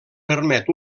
permet